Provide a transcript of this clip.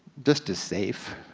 just as safe,